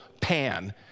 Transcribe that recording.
Pan